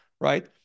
right